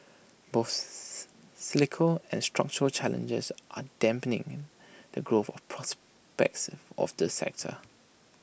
both cyclical and structural challenges are dampening the growth of prospects of this sector